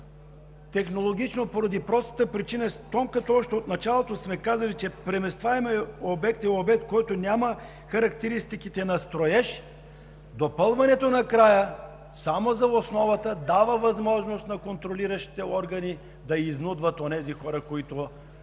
технологично поради простата причина, че щом като още от началото сме казали, че „преместваемият обект“ е обект, който няма характеристиките на строеж“, допълването накрая само „за основа“ дава възможност на контролиращите органи да изнудват онези хора, които